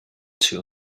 two